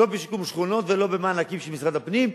לא בשיקום שכונות ולא במענקים של משרד הפנים,